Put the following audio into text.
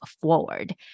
forward